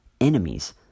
enemies